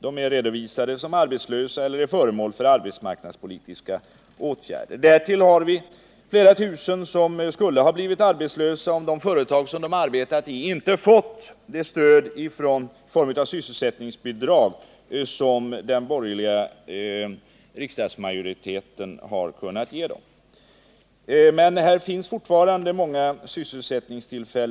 De är redovisade som arbetslösa eller är föremål för arbetsmarknadspolitiska åtgärder. Därtill kommer flera tusen, som skulle ha blivit arbetslösa, om de företag de arbetar i inte fått det stöd i form av sysselsättningsbidrag som den borgerliga riksdagsmajoriteten har kunnat anvisa dem. Många sysselsättningstillfällen befinner sig också i en riskzon.